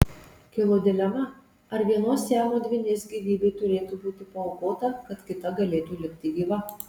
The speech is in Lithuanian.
kilo dilema ar vienos siamo dvynės gyvybė turėtų būti paaukota kad kita galėtų likti gyva